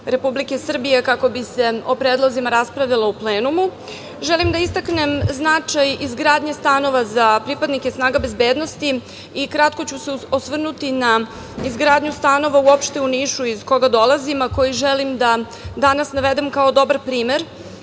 Republike Srbije kako bi se o predlozima raspravljalo u plenumu. Želim da istaknem značaj izgradnje stanova za pripadnike snaga bezbednosti. Kratko ću se osvrnuti na izgradnju stanova uopšte u Nišu iz koga dolazim, a koji želim da danas navedem kao dobar primer,